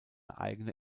eigene